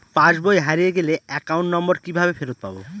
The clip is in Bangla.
পাসবই হারিয়ে গেলে অ্যাকাউন্ট নম্বর কিভাবে ফেরত পাব?